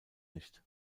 nicht